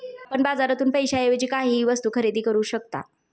आपण बाजारातून पैशाएवजी काहीही वस्तु खरेदी करू शकता